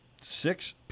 Six